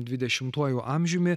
dvidešimtuoju amžiumi